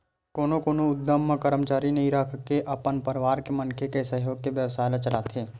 कोनो कोनो उद्यम म करमचारी नइ राखके अपने परवार के मनखे के सहयोग ले बेवसाय ल चलाथे